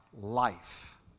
life